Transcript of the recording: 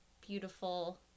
beautiful